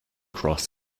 cross